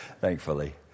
thankfully